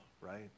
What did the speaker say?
right